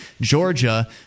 Georgia